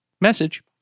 Message